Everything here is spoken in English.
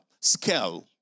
scale